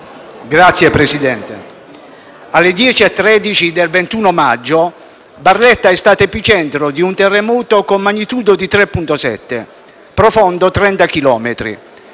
Signor Presidente, alle 10,13 del 21 maggio Barletta è stata epicentro di un terremoto con magnitudo 3,7, profondo 30 chilometri.